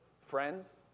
friends